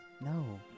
No